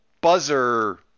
buzzer